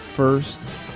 First